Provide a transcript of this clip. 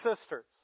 sisters